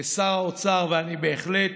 שר האוצר, ואני בהחלט